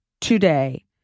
today